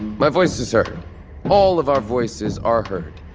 my voice is heard all of our voices are heard.